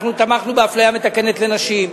אנחנו תמכנו באפליה מתקנת לנשים,